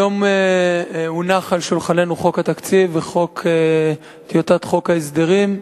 היום הונחו על שולחננו חוק התקציב וטיוטת חוק ההסדרים.